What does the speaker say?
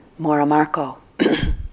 Moramarco